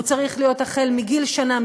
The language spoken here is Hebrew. הוא צריך להיות מגיל שנה,